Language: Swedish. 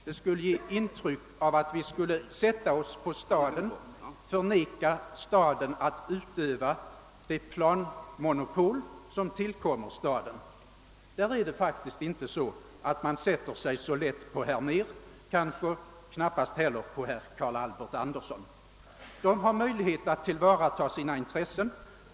Det skulle ge intryck av att vi skulle sätta oss på staden, förvägra staden att utöva det planmonopol som tillkommer staden. Det är faktiskt inte så att man sätter sig så lätt på herr Mehr, knappast heller på Carl Albert Anderson. De har möjlighet att tillvarata sina intressen.